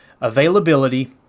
availability